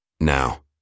Now